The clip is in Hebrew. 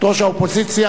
ראש האופוזיציה,